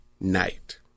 night